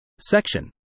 Section